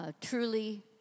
truly